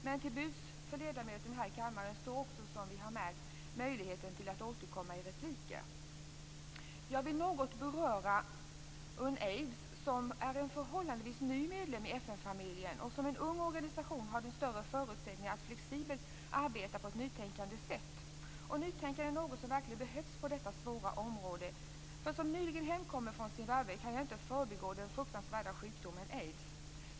Men ledamöterna har också möjlighet att återkomma i repliker. Jag vill något beröra Unaids, som är en förhållandevis ny medlem i FN-familjen. Som en ung organisation har den större förutsättningar att arbeta på ett flexibelt och nytänkande sätt. Och nytänkande är något som verkligen behövs på detta svåra område. Som nyligen hemkommen från Zimbabwe kan jag inte förbigå den fruktansvärda sjukdomen aids.